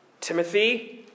Timothy